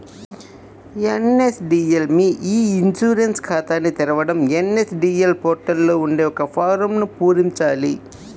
NSDL మీ e insurance ఖాతాని తెరవడం ఎన్.ఎస్.డి.ఎల్ పోర్టల్ లో ఉండే ఒక ఫారమ్ను పూరించాలి